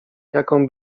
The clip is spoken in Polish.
jaką